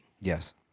Yes